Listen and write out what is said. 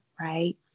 right